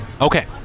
Okay